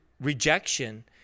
rejection